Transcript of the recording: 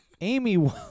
Amy